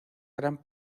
gran